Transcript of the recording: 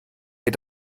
ihr